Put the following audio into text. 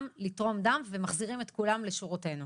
לתרום דם ומחזירים את כולם לשורותינו.